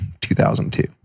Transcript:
2002